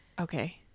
okay